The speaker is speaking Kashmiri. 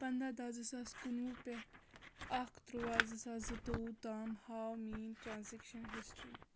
پنٛداہ دَہ زٕ ساس کُنوُہ پٮ۪ٹھ اکھ تُرٛوواہ زٕ ساس زٕتووُہ تام ہاو میٲنۍ ٹرانزٮ۪کشن ہسٹری